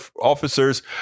officers